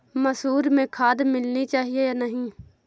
मसूर में खाद मिलनी चाहिए या नहीं?